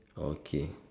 okay